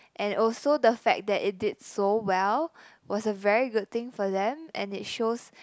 and also the fact that it did so well was a very good thing for them and it shows